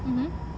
mmhmm